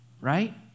right